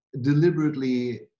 deliberately